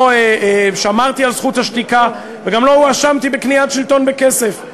לא שמרתי על זכות השתיקה וגם לא הואשמתי בקניית שלטון בכסף.